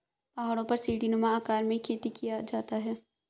पहाड़ों पर सीढ़ीनुमा आकार में खेती किया जाता है